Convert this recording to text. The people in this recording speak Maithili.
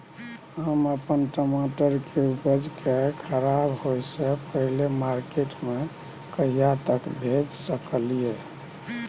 हम अपन टमाटर के उपज के खराब होय से पहिले मार्केट में कहिया तक भेज सकलिए?